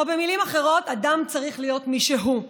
או במילים אחרות: אדם צריך להיות מי שהוא,